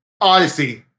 odyssey